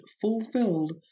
fulfilled